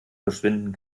verschwinden